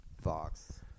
Fox